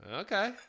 okay